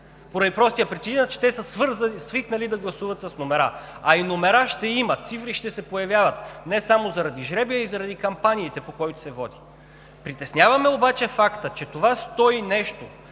поради простата причина че те са свикнали да гласуват с номера. А и номера ще има, цифри ще се появяват не само заради жребия, а и заради кампаниите, по които се води. Притеснява ме обаче фактът, че това сто и нещо